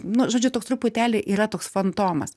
nu žodžiu toks truputėlį yra toks fantomas